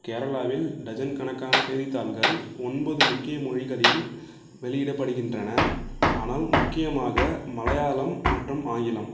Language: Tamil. கேரளாவில் டஜன் கணக்கான செய்தித்தாள்கள் ஒன்பது முக்கிய மொழிகளில் வெளியிடப்படுகின்றன ஆனால் முக்கியமாக மலையாளம் மற்றும் ஆங்கிலம்